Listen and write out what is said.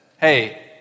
hey